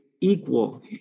equal